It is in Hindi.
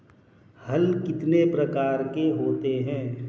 हल कितने प्रकार के होते हैं?